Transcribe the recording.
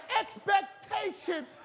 expectation